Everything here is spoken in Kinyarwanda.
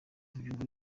tubyumva